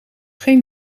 geen